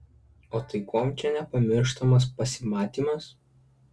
o tai kuom čia nepamirštamas pasimatymas